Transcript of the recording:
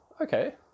okay